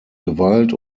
gewalt